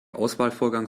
auswahlvorgang